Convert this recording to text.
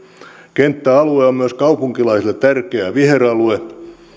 kenttäalue on myös kaupunkilaisille tärkeä viheralue